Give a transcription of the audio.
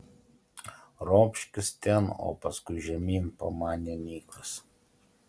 ropškis ten o paskui žemyn pamanė nikas